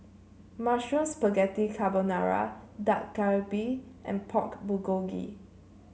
Mushroom Spaghetti Carbonara Dak Galbi and Pork Bulgogi